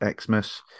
Xmas